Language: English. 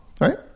right